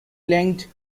linked